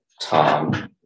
Tom